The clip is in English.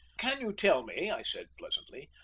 can you tell me, i said pleasantly,